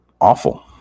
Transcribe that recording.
awful